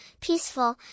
peaceful